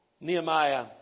Nehemiah